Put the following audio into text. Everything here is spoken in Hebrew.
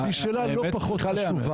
והיא שאלה לא פחות חשובה,